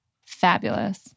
fabulous